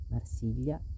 Marsiglia